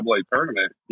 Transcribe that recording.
tournament